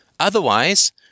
Otherwise